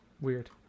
Weird